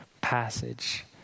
passage